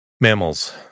Mammals